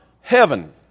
heaven